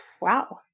wow